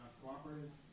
cooperative